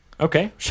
Okay